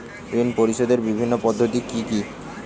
ঋণ পরিশোধের বিভিন্ন পদ্ধতি কি কি?